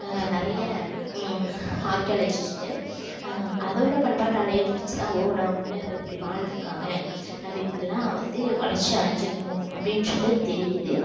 நிறைய ஆர்க்கியாலஜிஸ்ட்டு அதவிட பண்பாட்டா ஓ நம்ம முன்னோர்கள் இப்படி வாழ்ந்திருக்காங்க நம்ப இப்பிடிலாம் வந்து வளர்ச்சியடைஞ்சிருக்கோம் அப்படின்றது தெரியுது